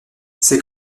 c’est